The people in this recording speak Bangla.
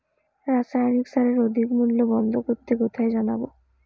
রাসায়নিক সারের অধিক মূল্য বন্ধ করতে কোথায় জানাবো?